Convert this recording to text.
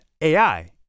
AI